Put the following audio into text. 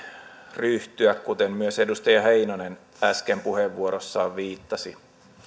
ryhtyä kuten myös edustaja heinonen äsken puheenvuorossaan viittasi